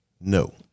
no